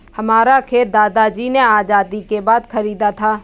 हमारा खेत दादाजी ने आजादी के बाद खरीदा था